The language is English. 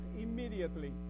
immediately